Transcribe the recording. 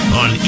on